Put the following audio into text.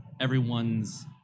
everyone's